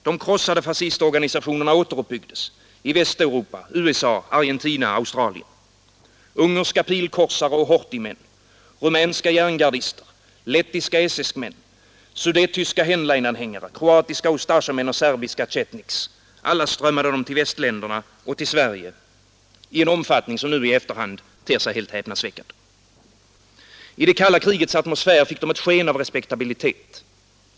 De krossade fascistorganisationerna återuppbyggdes i Västeuropa, i USA, i Argentina och i Australien. Ungerska pilkorsare och Horthymän, rumänska järngardister, lettiska SS-män, sudettyska Henleinanhängare, kroatiska Ustasjamän och serbiska cetniks — alla strömmade de till västländerna och till Sverige i en omfattning som nu i efterhand ter sig helt häpnadsväckande. I det kalla krigets atmosfär fick de ett sken av respektabilitet.